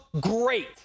great